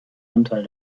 anteil